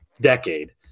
decade